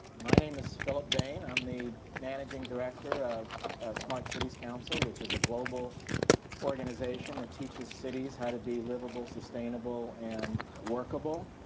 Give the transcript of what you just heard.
my name is philip bane. i'm the managing director of smart cities council. which is a global organization that teaches cities how to be liveable, sustainable and workable.